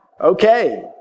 Okay